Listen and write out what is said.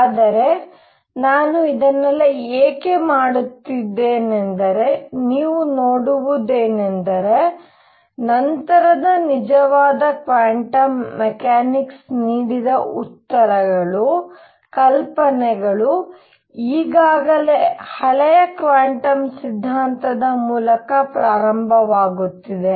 ಆದರೆ ನಾನು ಇದನ್ನೆಲ್ಲಾ ಏಕೆ ಮಾಡುತ್ತಿದ್ದೇನೆಂದರೆ ನೀವು ನೋಡುವುದೇನೆಂದರೆ ನಂತರದ ನಿಜವಾದ ಕ್ವಾಂಟಮ್ ಮೆಕ್ಯಾನಿಕ್ಸ್ ನೀಡಿದ ಉತ್ತರಗಳು ಕಲ್ಪನೆಗಳು ಈಗಾಗಲೇ ಹಳೆಯ ಕ್ವಾಂಟಮ್ ಸಿದ್ಧಾಂತದ ಮೂಲಕ ಪ್ರಾರಂಭವಾಗುತ್ತಿದೆ